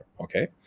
Okay